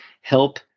help